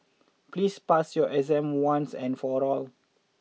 please pass your exam once and for all